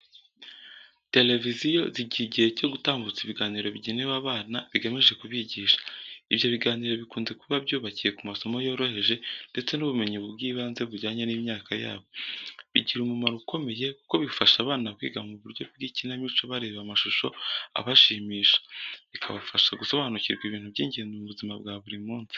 Televiziyo zigira igihe cyo gutambutsa ibiganiro bigenewe abana bigamije kubigisha. Ibyo biganiro bikunze kuba byubakiye ku masomo yoroheje ndetse n'ubumenyi bw'ibanze bujyanye n'imyaka yabo. Bigira umumaro ukomeye kuko bifasha abana kwiga mu buryo bw'ikinamico bareba amashusho abashimisha, bikabafasha gusobanukirwa ibintu by'ingenzi mu buzima bwa buri munsi.